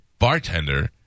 bartender